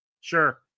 sure